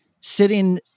sitting